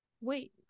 Wait